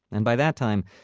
and by that time,